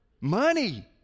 Money